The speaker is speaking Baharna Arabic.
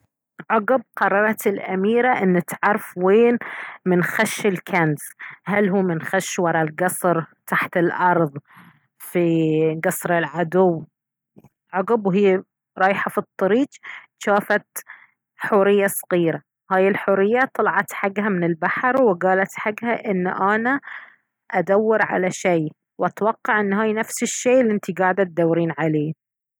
عقب قررت الاميرة ان تعرف وين من خش الكنز هل هو منخش وراء القصر تحت الارض في قصر العدو عقب وهي رايحة في الطريج شافت حورية صغيرة هاي الحورية طلعت حقها من البحر وقالت حقها ان انا ادور على شي واتوقع ان هاي نفس الشيء الي انتي قاعدة تدورين عليه